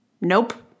Nope